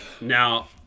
Now